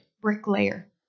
bricklayer